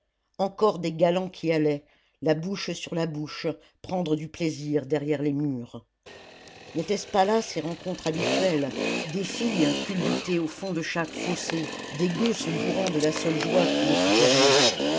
encore des galants qui allaient la bouche sur la bouche prendre du plaisir derrière les murs nétaient ce pas là ses rencontres habituelles des filles culbutées au fond de chaque fossé des gueux se bourrant de la seule joie qui ne coûtait rien